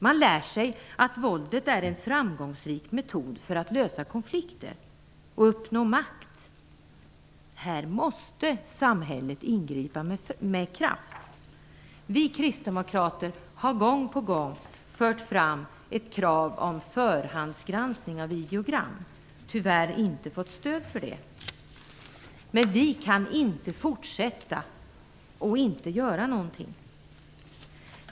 Man lär sig att våld är en framgångsrik metod för att lösa konflikter och uppnå makt. Här måste samhället ingripa med kraft. Vi kristdemokrater har gång på gång fört fram ett krav om förhandsgranskning av videogram men tyvärr inte fått stöd för det. Men vi kan inte fortsätta att inte göra någonting.